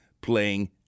playing